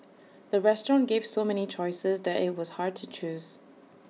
the restaurant gave so many choices that IT was hard to choose